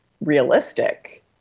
realistic